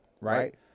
right